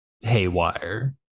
haywire